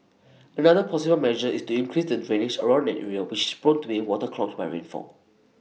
another possible measure is to increase the drainage around an area which is prone to being waterlogged by rainfall